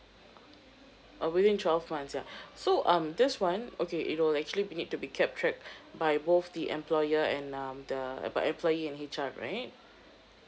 uh within twelve months yeah so um this one okay it will actually be need to be kept track by both the employer and um the uh by employee and H_R right